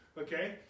Okay